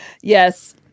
Yes